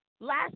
last